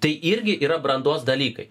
tai irgi yra brandos dalykai